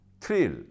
thrill